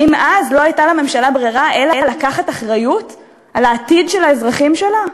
האם אז לא הייתה ברירה לממשלה אלא לקחת אחריות על העתיד של האזרחים שלה?